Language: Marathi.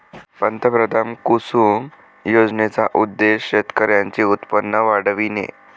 पंतप्रधान कुसुम योजनेचा उद्देश शेतकऱ्यांचे उत्पन्न वाढविणे